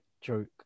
joke